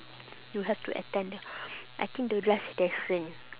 you have to attend the I think the last lesson